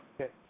Okay